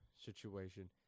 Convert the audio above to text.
situation